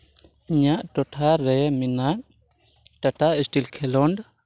ᱤᱧᱟᱹᱜ ᱴᱚᱴᱷᱟ ᱨᱮ ᱢᱮᱱᱟᱜ ᱴᱟᱴᱟ ᱥᱴᱤᱞ ᱠᱷᱮᱞᱳᱰ